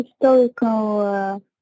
historical